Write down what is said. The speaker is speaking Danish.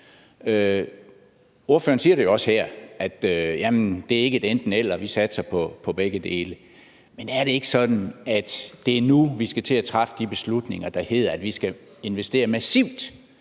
Ordføreren siger det også her, altså at det ikke er et enten-eller, og at der satses på begge dele. Men er det ikke sådan, at det er nu, vi skal til at træffe de beslutninger, der hedder, at vi skal investere massivt